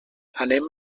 anem